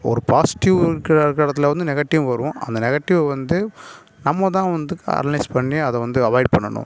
ஒரு பாசிட்டிவ் இருக்கிற இடத்துல வந்து நெகட்டிவ் வரும் அந்த நெகட்டிவ் வந்து நம்ம தான் வந்து அனலைஸ் பண்ணி அதை வந்து அவாய்ட் பண்ணனும்